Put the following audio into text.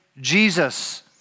Jesus